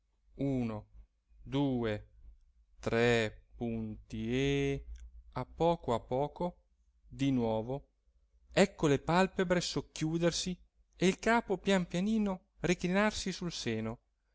uno due tre punti e a poco a poco di nuovo ecco le palpebre socchiudersi e il capo pian pianino reclinarsi sul seno